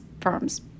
firms